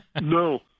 No